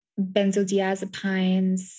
benzodiazepines